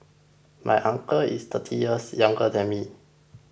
my uncle is thirty years younger than me